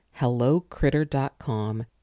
HelloCritter.com